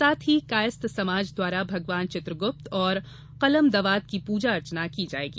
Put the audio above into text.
साथ ही कायस्थ समाज द्वारा भगवान चित्रगुप्त और कलम दवात की पूजा अर्चना की जाएगी